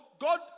God